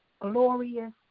glorious